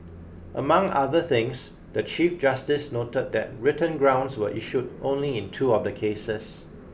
among other things the Chief Justice noted that written grounds were issued only in two of the cases